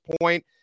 point